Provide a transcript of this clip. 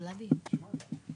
ברשותכם, אני מעדיף